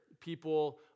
people